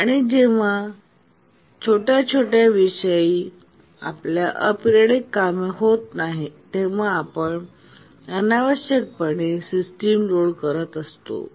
आणि जेव्हा छोट्या छोट्या विषयी विषयाला किंवा अॅपेरिओडिक कामे होत नाहीत तेव्हा आपण अनावश्यक पणे सिस्टम लोड करत असतो